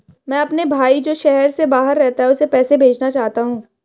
मैं अपने भाई जो शहर से बाहर रहता है, उसे पैसे भेजना चाहता हूँ